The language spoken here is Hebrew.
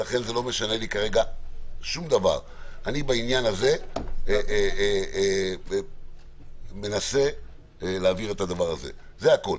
אני מנסה להעביר את הדבר הזה, זה הכול.